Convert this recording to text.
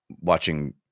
watching